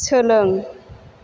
सोलों